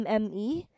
MME